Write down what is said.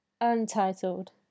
Untitled